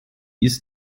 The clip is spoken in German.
ist